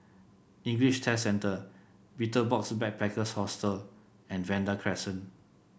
English Test Centre Betel Box Backpackers Hostel and Vanda Crescent